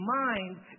mind